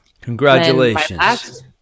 Congratulations